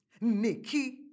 Nikki